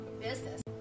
business